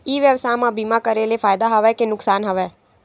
ई व्यवसाय म बीमा करे ले फ़ायदा हवय के नुकसान हवय?